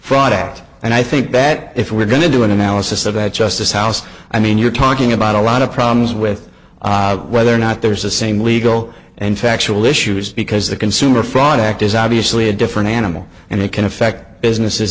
out and i think that if we're going to do an analysis of that justice house i mean you're talking about a lot of problems with whether or not there is the same legal and factual issues because the consumer fraud act is obviously a different animal and they can affect businesses